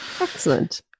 excellent